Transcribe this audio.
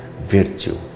virtue